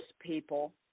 people